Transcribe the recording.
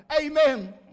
Amen